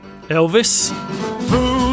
Elvis